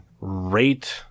rate